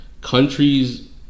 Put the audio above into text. countries